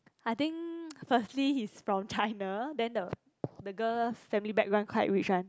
I think firstly he's from China then the the girl family background quite rich one